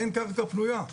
אין קרקע פנויה.